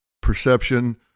perception